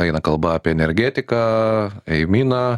eina kalba apie energetiką eiminą